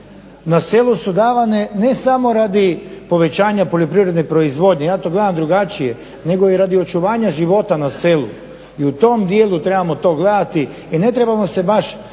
Na selu su davane ne samo radi povećanja poljoprivredne proizvodnje, ja to gledam drugačije, nego i radi očuvanja života na selu. I u tom dijelu trebamo to gledati i ne trebamo se baš